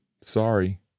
sorry